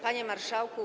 Panie Marszałku!